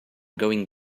going